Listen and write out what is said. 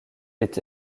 est